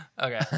Okay